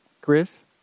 Chris